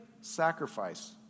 sacrifice